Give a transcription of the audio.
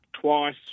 twice